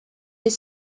his